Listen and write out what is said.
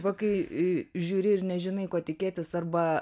va kai žiūri ir nežinai ko tikėtis arba